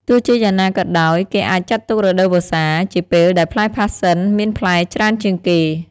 ទោះជាយ៉ាងណាក៏ដោយ គេអាចចាត់ទុក រដូវវស្សា ជាពេលដែលផ្លែផាសសិនមានផ្លែច្រើនជាងគេ។